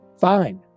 fine